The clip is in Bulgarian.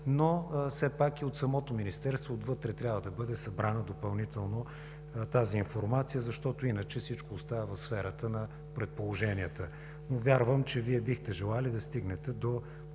обаче и от самото министерство, отвътре трябва да бъде събрана допълнително тази информация, защото иначе всичко остава в сферата на предположенията. Вярвам, че Вие бихте желали да стигнете до